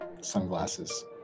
sunglasses